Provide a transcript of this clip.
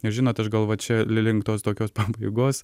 nes žinot aš gal čia link tos tokios pabaigos